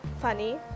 funny